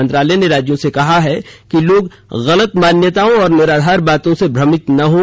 मंत्रालय ने राज्यों से कहा है कि लोग गलत मान्यताओं और निराधार बातों से भ्रमित न हों